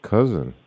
Cousin